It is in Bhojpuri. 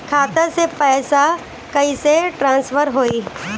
खाता से पैसा कईसे ट्रासर्फर होई?